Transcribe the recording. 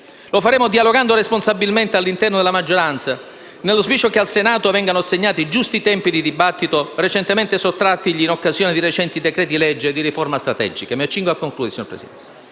Lo faremo dialogando responsabilmente all'interno della maggioranza, nell'auspicio che al Senato vengano assegnati giusti tempi di dibattito, recentemente sottrattigli in occasione di recenti decreti-legge di riforme strategiche. Mi accingo a concludere, signora Presidente.